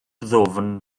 ddwfn